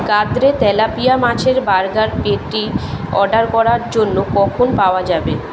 গাদ্রে tilapia মাছের burger patty order করার জন্য কখন পাওয়া যাবে